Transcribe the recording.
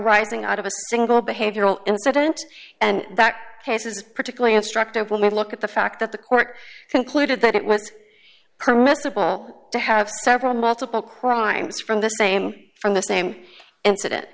rising out of a single behavioral incident and that case is particularly instructive with look at the fact that the court concluded that it was permissible to have several multiple crimes from the same from the same incident